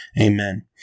Amen